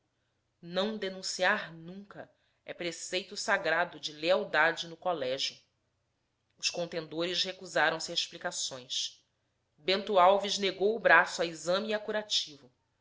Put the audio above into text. não denunciar nunca é preceito sagrado de lealdade no colégio os contendores recusaram se a explicações bento alves negou o braço a exame e a curativo